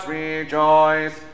rejoice